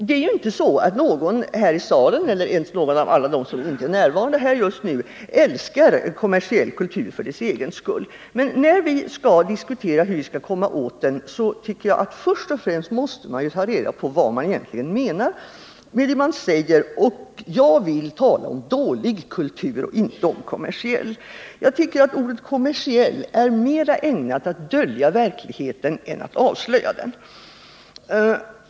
Det är inte så att någon här i kammaren, eller ens någon av dem som inte är närvarande just nu, älskar kommersiell kultur för dess egen skull. Men när vi skall diskutera hur vi skall komma åt den måste vi först och främst ta reda på vad man egentligen menar med det man säger. Jag vill tala om dålig kultur och inte om kommersiell kultur. Jag tycker att ordet ”kommersiell” är mer ägnat att dölja verkligheten än att avslöja den.